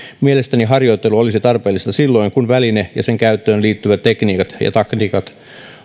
mielestäni harjoittelu olisi tarpeellista silloin kun väline ja sen käyttöön liittyvät tekniikat ja taktiikat